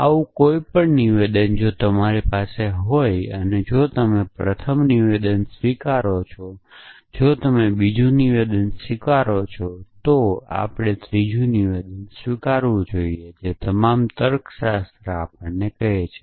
આવું કોઈપણ નિવેદન જો તમારી પાસે હોય જો તમે પ્રથમ નિવેદન સ્વીકારો છો જો તમે બીજું નિવેદન સ્વીકારો છો તો આપણે ત્રીજું નિવેદન સ્વીકારવું જોઈએ જે તમામ તર્કશાસ્ત્ર આપણને કહે છે